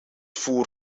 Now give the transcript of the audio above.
voer